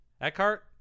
Eckhart